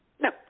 No